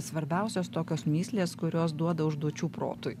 svarbiausios tokios mįslės kurios duoda užduočių protui